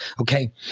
Okay